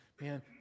Man